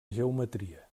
geometria